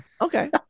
Okay